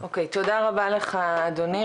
אוקי, תודה רבה לך אדוני.